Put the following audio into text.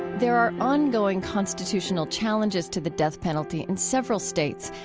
there are ongoing constitutional challenges to the death penalty in several states,